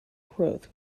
growth